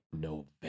November